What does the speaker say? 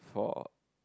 for